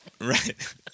Right